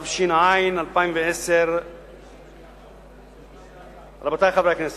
התש"ע 2010. רבותי חברי הכנסת,